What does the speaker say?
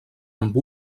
amb